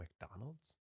mcdonald's